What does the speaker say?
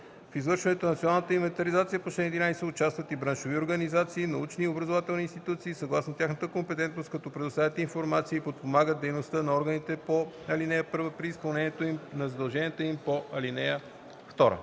В извършването на националната инвентаризация по чл. 11 участват и браншови организации, научни и образователни институции съгласно тяхната компетентност, като предоставят информация и подпомагат дейността на органите по ал. 1 при изпълнение на задълженията им по ал. 2.”